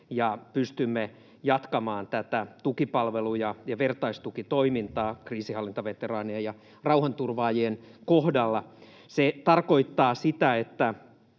ja pystymme jatkamaan tukipalveluja ja vertaistukitoimintaa kriisinhallintaveteraanien ja rauhanturvaajien kohdalla. Se tarkoittaa sitä, että